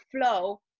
flow